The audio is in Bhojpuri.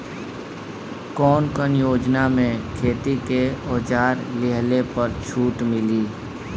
कवन कवन योजना मै खेती के औजार लिहले पर छुट मिली?